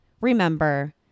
remember